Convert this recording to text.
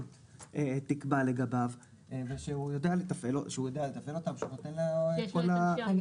תקבע לגביו ושהוא יודע לתפעל אותה ויש לו את כל.